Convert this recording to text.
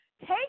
take